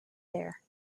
there